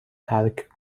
ترک